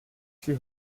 she